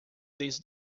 these